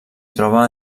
troba